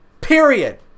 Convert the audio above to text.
Period